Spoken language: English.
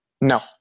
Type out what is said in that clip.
no